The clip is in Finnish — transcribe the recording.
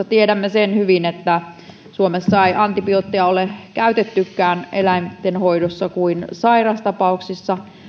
tiedämme sen hyvin että suomessa ei antibiootteja ole käytettykään eläinten hoidossa kuin sairastapauksissa